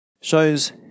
shows